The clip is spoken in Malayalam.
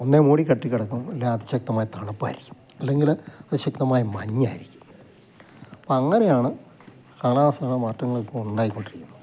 ഒന്നുകിൽ മൂടിക്കെട്ടി കിടക്കും അല്ലെങ്കിൽ അതിശക്തമായ തണുപ്പായിരിക്കും അല്ലെങ്കിൽ അതിശക്തമായ മഞ്ഞായിരിക്കും അങ്ങനെയാണ് കാലാവസ്ഥയുടെ മാറ്റങ്ങൾ ഉണ്ടായിക്കൊണ്ടിരിക്കുന്നത്